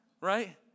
right